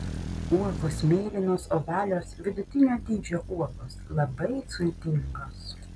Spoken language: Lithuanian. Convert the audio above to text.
uogos mėlynos ovalios vidutinio dydžio uogos labai sultingos